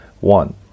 One